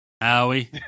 Howie